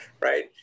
right